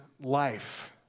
life